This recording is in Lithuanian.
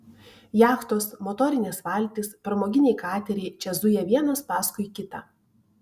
jachtos motorinės valtys pramoginiai kateriai čia zuja vienas paskui kitą